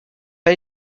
pas